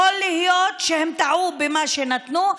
יכול להיות שהם טעו במה שנתנו,